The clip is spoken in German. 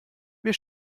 wir